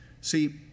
See